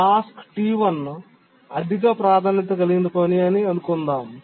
task టి1 అధిక ప్రాధాన్యత కలిగిన పని అని అనుకుందాం